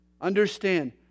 Understand